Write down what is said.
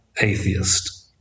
atheist